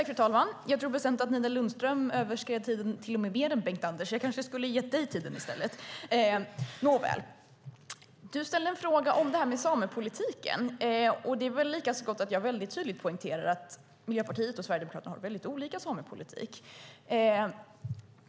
Fru talman! Jag tror bestämt att Nina Lundström överskred talartiden till och med mer än Bengt-Anders Johansson. Jag kanske skulle ha gett henne min tid i stället. Nina Lundström ställde en fråga om samepolitiken, och det är väl lika så gott att jag tydligt poängterar att Miljöpartiet och Sverigedemokraterna har väldigt olika samepolitik.